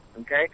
Okay